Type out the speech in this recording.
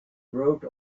wrote